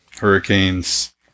Hurricanes